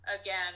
again